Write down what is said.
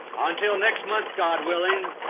until next month, god willing,